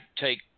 take